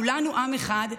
כולנו עם אחד.